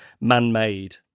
man-made